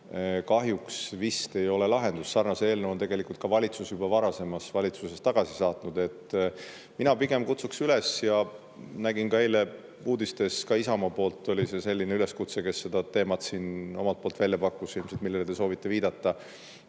kahjuks vist ei ole lahendus. Sarnase eelnõu on tegelikult ka valitsus juba varasemas valitsuses tagasi saatnud. Mina pigem kutsuks üles ja nägin ka eile uudistes, ka Isamaa poolt oli see selline üleskutse, kes seda teemat siin omalt poolt välja pakkus, ilmselt millele te soovite viidata,